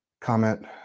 comment